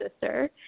sister